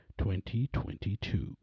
2022